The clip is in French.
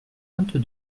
vingt